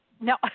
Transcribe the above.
No